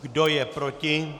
Kdo je proti?